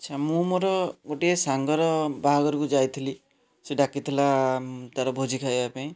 ମୁଁ ମୋର ଗୋଟିଏ ସାଙ୍ଗର ବାହାଘରକୁ ଯାଇଥିଲି ସେ ଡ଼ାକିଥିଲା ତା'ର ଭୋଜି ଖାଇବା ପାଇଁ